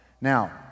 Now